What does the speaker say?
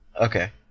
Okay